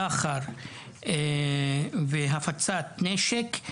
סחר והפצת נשק,